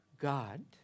God